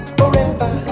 forever